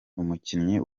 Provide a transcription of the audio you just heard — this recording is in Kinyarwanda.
umukinnyi